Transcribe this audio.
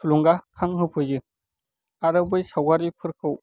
थुलुंगाखां होफैयो आरो बै सावगारिफोरखौ